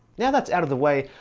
now that's out of the way,